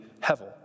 hevel